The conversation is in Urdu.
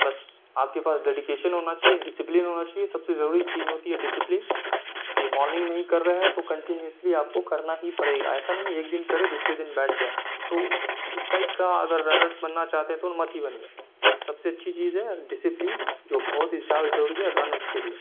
بس آپ کے پاس ڈیڈیکیشن ہونا چاہیے ڈسپلین ہونا چاہیے سب سے ضروری چیز ہوتی ہے ڈسپلین کہ مارننگ میں ہی کر رہے ہیں تو کنٹینیوسلی آپ کو کرنا ہی پڑے گا ایسا نہیں ہے ایک دن کرے دوسرے دن بیٹھ گئے تو اس ٹائپ کا اگر رنرس بننا چاہتے ہیں تو مت ہی بنیے سب سے اچھی چیز ہے ڈسپلین جو بہت ہی زیادہ ضروری ہے رنرس کے لیے